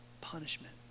punishment